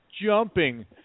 jumping